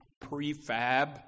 prefab